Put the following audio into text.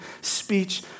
speech